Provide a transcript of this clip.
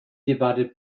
divided